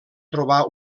trobar